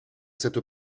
cette